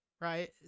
Right